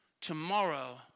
tomorrow